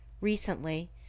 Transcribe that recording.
recently